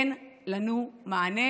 אין לנו מענה.